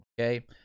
Okay